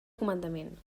comandament